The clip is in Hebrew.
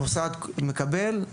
המוסד מקבל,